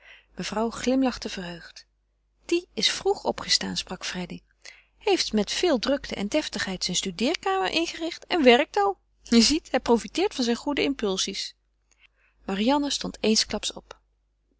mevrouw glimlachte verheugd die is vroeg opgestaan sprak freddy heeft met veel drukte en deftigheid zijn studeerkamer ingericht en werkt al je ziet hij profiteert van zijne goede impulsies marianne stond eensklaps op